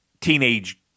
teenage